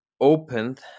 opened